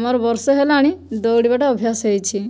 ଆମର ବର୍ଷେ ହେଲାଣି ଦୌଡ଼ିବାଟା ଅଭ୍ୟାସ ହୋଇଛି